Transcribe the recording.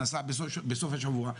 הוא נסע בסוף השבוע,